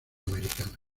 americana